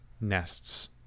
nests